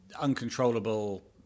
uncontrollable